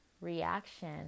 reaction